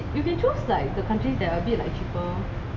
you can you can choose like the countries that are a bit like cheaper